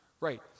Right